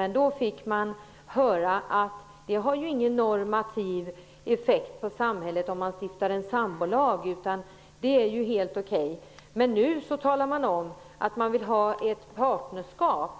Men då fick vi höra att det inte har någon normativ effekt på samhället att stifta en sambolag; det var helt okej. Nu talar man om att man vill ha en lag om partnerskap